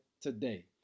today